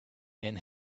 and